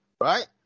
Right